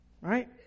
Right